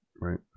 right